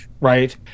right